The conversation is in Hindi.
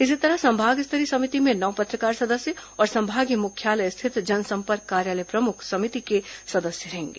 इसी तरह संभाग स्तरीय समिति में नौ पत्रकार सदस्य और संभागीय मुख्यालय स्थित जनसंपर्क कार्यालय प्रमुख समिति के सदस्य होंगे